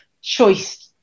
choice